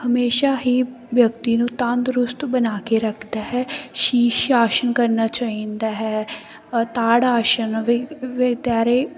ਹਮੇਸ਼ਾ ਹੀ ਵਿਅਕਤੀ ਨੂੰ ਤੰਦਰੁਸਤ ਬਣਾ ਕੇ ਰੱਖਦਾ ਹੈ ਸ਼ੀਸ਼ ਆਸਣ ਕਰਨਾ ਚਾਹੀਦਾ ਹੈ ਤਾੜ ਆਸਨ